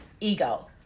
ego